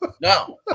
no